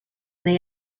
neu